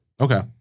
Okay